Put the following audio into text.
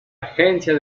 agencia